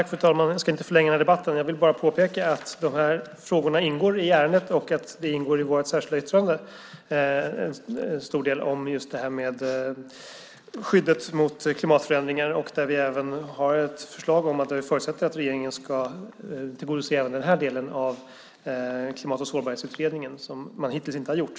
Fru talman! Jag ska inte förlänga den här debatten. Jag vill bara påpeka att de här frågorna ingår i ärendet och i vårt särskilda yttrande. Där finns en stor del just om skyddet mot klimatförändringar. Vi har även ett förslag där vi förutsätter att regeringen ska tillgodose även den här delen av Klimat och sårbarhetsutredningen, vilken man hittills inte har gjort.